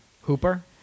Hooper